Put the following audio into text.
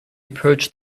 approached